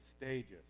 stages